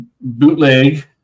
Bootleg